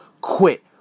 quit